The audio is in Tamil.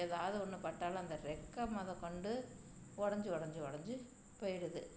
ஏதாவது ஒன்று பட்டாலும் அந்த ரெக்க முதக்கொண்டு உடஞ்சு உடஞ்சு உடஞ்சு போய்விடுது